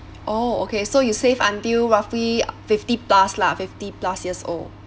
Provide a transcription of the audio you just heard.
oh okay so you save until roughly fifty plus lah fifty plus years old